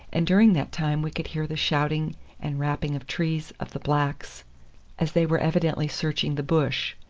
and during that time we could hear the shouting and rapping of trees of the blacks as they were evidently searching the bush,